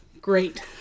Great